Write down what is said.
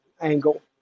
angle